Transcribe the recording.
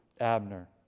Abner